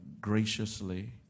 graciously